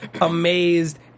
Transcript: amazed